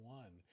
one